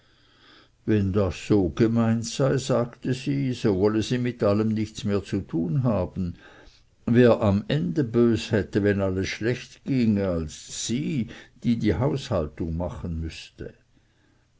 wenn das so gemeint sei sagte sie so wolle sie mit allem nichts mehr zu tun haben wer am ende bös hätte wenn alles schlecht ginge als sie die die haushaltung machen müßte